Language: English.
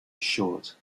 short